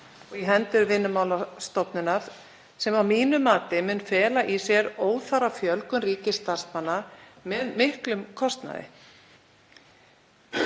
í hendur Vinnumálastofnunar sem mun að mínu mati fela í sér óþarfa fjölgun ríkisstarfsmanna með miklum kostnaði.